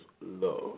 love